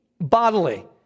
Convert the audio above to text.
bodily